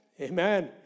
Amen